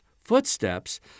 footsteps